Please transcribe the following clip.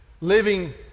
living